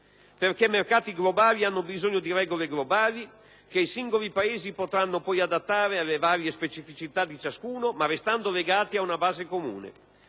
perché mercati globali hanno bisogno di regole globali che i singoli Paesi potranno poi adattare alle varie specificità di ciascuno, restando tuttavia legati a una base comune.